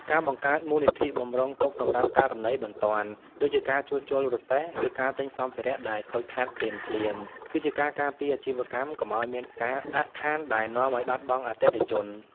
ការបង្កើតមូលនិធិបម្រុងទុកសម្រាប់ករណីបន្ទាន់ ដូចជាការជួសជុលរទេះ ឬការទិញសម្ភារៈដែលខូចខាតភ្លាមៗ គឺជាការការពារអាជីវកម្មកុំឱ្យមានការអាក់ខានដែលនាំឱ្យបាត់បង់អតិថិជន។